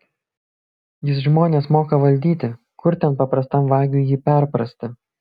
jis žmones moka valdyti kur ten paprastam vagiui jį perprasti